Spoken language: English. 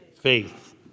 faith